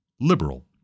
liberal